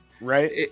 right